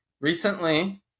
recently